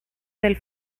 del